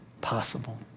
possible